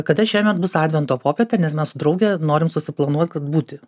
kada šiemet bus advento popietė nes mes su drauge norim susiplanuot kad būti